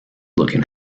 looking